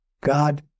God